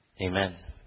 Amen